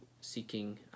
seeking